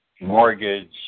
mortgage